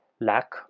lack